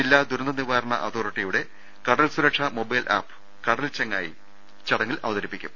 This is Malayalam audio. ജില്ലാ ദുരന്ത നിവാരണ അതോറിറ്റിയുടെ കടൽ സുരക്ഷ മൊബൈൽ ആപ്പ് കടൽചെങ്ങായി ചടങ്ങിൽ അവതരിപ്പിക്കും